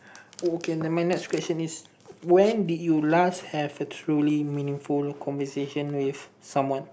oh okay never mind next question is when did you last have a truly meaningful conversation with someone